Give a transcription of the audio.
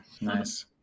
nice